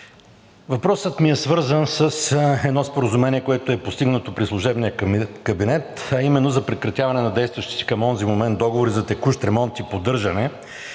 въпросът ми е свързан с едно споразумение, което е постигнато при служебния кабинет, а именно за прекратяване на действащите към онзи момент договори за текущ ремонт и поддържане